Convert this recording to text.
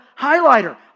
highlighter